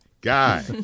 Guy